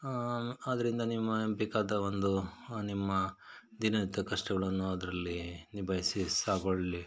ಆದ್ದರಿಂದ ನಿಮ್ಮ ಬೇಕಾದ ಒಂದು ನಿಮ್ಮ ದಿನನಿತ್ಯದ ಕಷ್ಟಗಳನ್ನು ಅದರಲ್ಲಿ ನಿಭಾಯಿಸಿಸಗೊಳ್ಳಿ